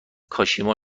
کاشیما